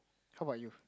how about you